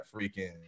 freaking